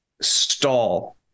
stall